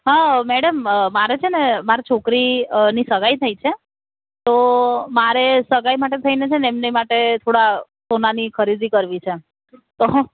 હા મેડમ મારે છે ને મારી છોકરીની સગાઈ થઈ છે તો મારે સગાઈ માટે થઈને છે ને એમની માટે થોડા સોનાની ખરીદી કરવી છે તો હો